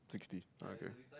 sixty ah okay